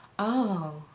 oh.